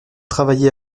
travaillé